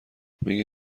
میگه